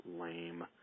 lame